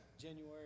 January